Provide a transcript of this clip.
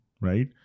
right